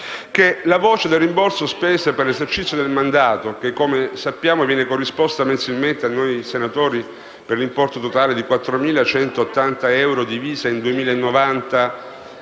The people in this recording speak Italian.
la voce del rimborso spese per l'esercizio del mandato - che, come sappiamo, viene corrisposto mensilmente a noi senatori per l'importo totale di 4.180 euro, diviso in 2.090